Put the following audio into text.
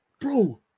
Bro